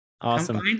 Awesome